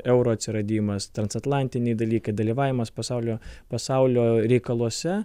euro atsiradimas transatlantiniai dalykai dalyvavimas pasaulio pasaulio reikaluose